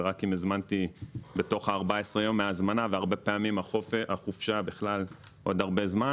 זה רק בתוך 14 יום מיום ההזמנה והרבה פעמים החופשה היא בעוד הרבה זמן